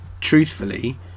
truthfully